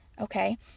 okay